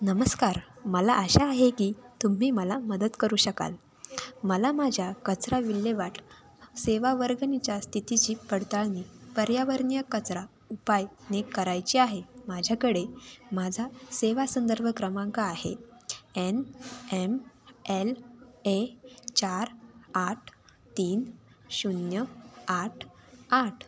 नमस्कार मला अशा आहे की तुम्ही मला मदत करू शकाल मला माझ्या कचरा विल्हेवाट सेवा वर्गणीच्या स्थितीची पडताळणी पर्यावरणीय कचरा उपाय ने करायची आहे माझ्याकडे माझा सेवा संदर्भ क्रमांक आहे एन एम एल ए चार आठ तीन शून्य आठ आठ